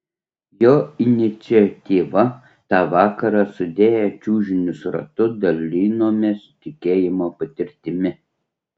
jo iniciatyva tą vakarą sudėję čiužinius ratu dalinomės tikėjimo patirtimi